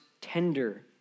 tender